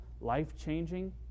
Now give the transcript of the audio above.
life-changing